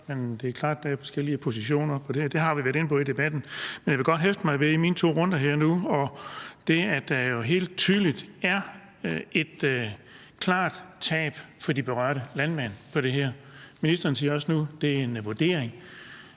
men det er klart, at der er forskellige positioner. Det har vi været inde på i debatten. Men jeg vil godt hæfte mig ved i mine to korte bemærkninger, at der jo helt tydeligt er et klart tab for de berørte landmænd. Ministeren siger jo også nu, at det er en vurdering.